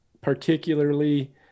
particularly